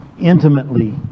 intimately